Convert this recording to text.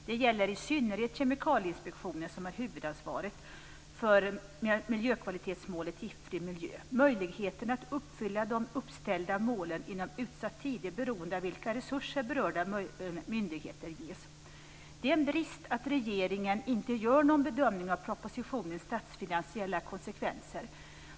Detta gäller i synnerhet Kemikalieinspektionen, som har huvudansvaret för miljökvalitetsmålet Giftfri miljö. Möjligheten att uppfylla de uppställda målen inom utsatt tid är beroende av vilka resurser berörda myndigheter ges. Det är en brist att regeringen inte gör någon bedömning av propositionens statsfinansiella konsekvenser.